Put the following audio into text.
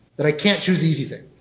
that i can't choose easy things.